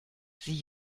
sie